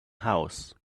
house